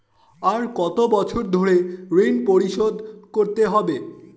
আর কত বছর ধরে ঋণ পরিশোধ করতে হবে?